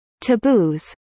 taboos